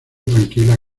tranquila